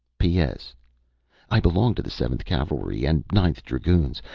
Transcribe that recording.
p s i belong to the seventh cavalry and ninth dragoons,